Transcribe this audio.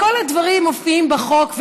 כל הדברים מופיעים בחוק,